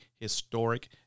historic